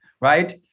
right